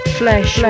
flesh